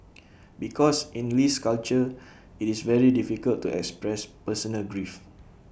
because in Lee's culture IT is very difficult to express personal grief